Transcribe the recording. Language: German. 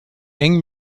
eng